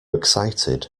excited